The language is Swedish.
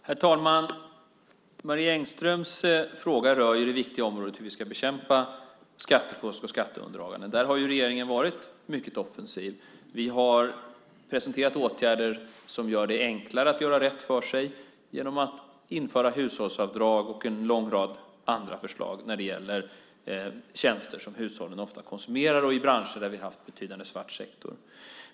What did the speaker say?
Herr talman! Marie Engströms fråga rör det viktiga området om hur vi ska bekämpa skattefusk och skatteundandragande. Där har regeringen varit mycket offensiv. Vi har presenterat åtgärder som gör det enklare att göra rätt för sig. Det handlar om att införa hushållsavdrag och om en lång rad andra förslag när det gäller tjänster som hushållen ofta konsumerar och branscher där vi har haft en betydande svart sektor.